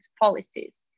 policies